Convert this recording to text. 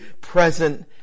present